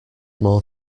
more